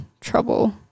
trouble